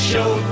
Show